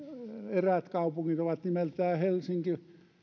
eräät kaupungit ovat nimeltään helsinki